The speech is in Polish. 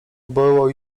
było